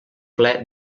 ple